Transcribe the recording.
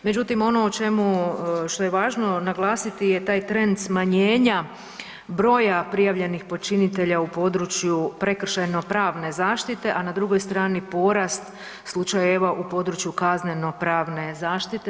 Međutim, ono o čemu, što je važno naglasiti je taj trend smanjenja broja prijavljenih počinitelja u području prekršajno-pravne zaštite, a na drugoj strani porast slučajeva u području kazneno-pravne zaštite.